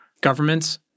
governments